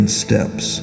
steps